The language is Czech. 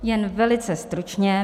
Jen velice stručně.